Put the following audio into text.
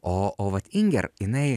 o o vat inger jinai